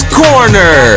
corner